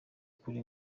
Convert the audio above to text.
ukuri